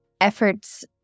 efforts